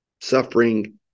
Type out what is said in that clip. suffering